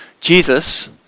Jesus